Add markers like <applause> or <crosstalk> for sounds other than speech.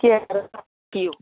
<unintelligible> केओ